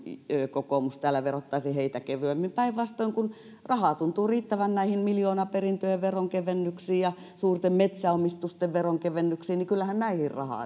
kokoomus täällä verottaisi heitä kevyemmin päinvastoin rahaa tuntuu riittävän miljoonaperintöjen veronkevennyksiin ja suurten metsäomistusten veronkevennyksiin kyllähän näihin rahaa